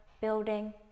building